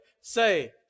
say